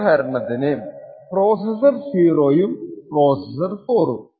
ഉദാഹരണത്തിന് പ്രോസെസ്സർ 0 ഉം 4 ഉം